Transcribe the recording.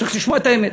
צריך לשמוע את האמת.